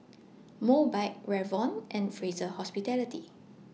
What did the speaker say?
Mobike Revlon and Fraser Hospitality